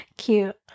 Cute